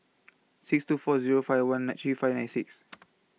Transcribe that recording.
six two four Zero five one nine three five nine six